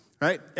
right